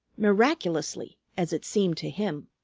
miraculously, as it seemed to him.